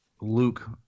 Luke